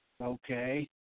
Okay